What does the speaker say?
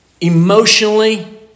emotionally